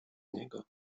niego